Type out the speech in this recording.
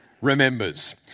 remembers